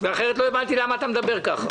אחרת, לא הבנתי למה אתה מדבר כך.